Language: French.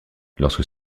lorsque